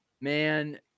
Man